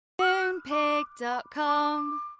Moonpig.com